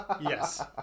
Yes